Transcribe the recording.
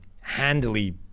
handily